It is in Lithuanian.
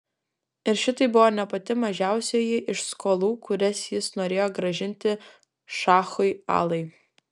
ir šitai buvo ne pati mažiausioji iš skolų kurias jis norėjo grąžinti šachui alai